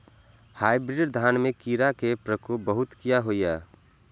Hybrid धान में कीरा के प्रकोप बहुत किया होया?